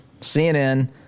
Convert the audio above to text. cnn